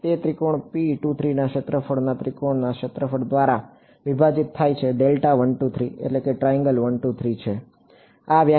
તે ત્રિકોણનું ક્ષેત્રફળ ત્રિકોણના ક્ષેત્રફળ દ્વારા વિભાજિત થાય છે આ વ્યાખ્યા બરાબર છે